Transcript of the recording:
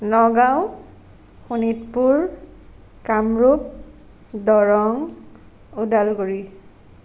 Nagaon Sonitpur Kamrup Darrang Udalguri